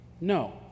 No